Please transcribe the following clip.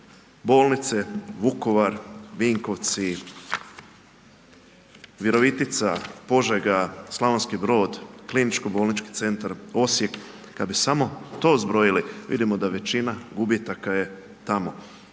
bolnice Vukovar, Vinkovci, Virovitica, Požega, Slavonski Brod, KBC Osijek, kad bi samo to zbrojili, vidimo da većina gubitaka je tamo.